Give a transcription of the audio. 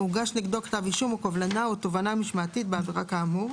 או הוגש נגדו כתב אישום או קובלנה או תובענה משמעתית בעבירה כאמור,